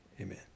Amen